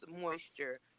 moisture